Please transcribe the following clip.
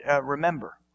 remember